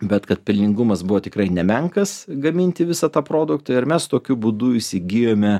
bet kad pelningumas buvo tikrai nemenkas gaminti visą tą produktą ir mes tokiu būdu įsigijome